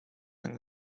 young